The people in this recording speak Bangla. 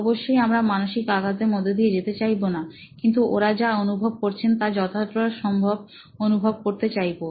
অবশ্যই আমরা মানসিক আঘাতের মধ্যে দিয়ে যেতে চাইবো নাকিন্তু ওরা যা অনুভব করছেন তা যতটা সম্ভব অনুভব করতে চাইবো